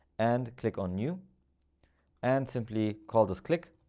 and click on new and simply call this click.